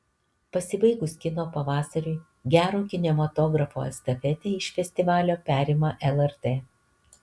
pasibaigus kino pavasariui gero kinematografo estafetę iš festivalio perima lrt